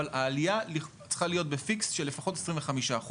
אבל העלייה צריכה להיות בפיקס של לפחות 25%,